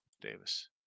Davis